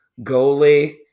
goalie